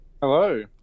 Hello